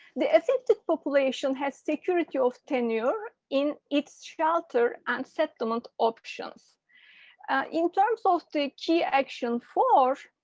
the affected population has security of tenure in its shelter and settlement options in terms of the key action for.